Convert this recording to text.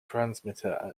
transmitter